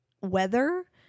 weather